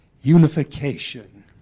Unification